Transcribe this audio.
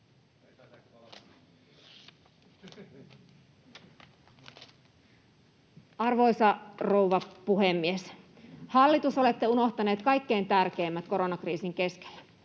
Arvoisa rouva puhemies! Hallitus, olette unohtaneet kaikkein tärkeimmät koronakriisin keskellä.